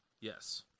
Yes